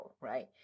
right